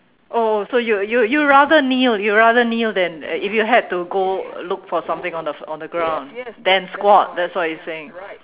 oh so you you you rather kneel you rather kneel than if you had go look for something on the on the ground than squat that's what you're saying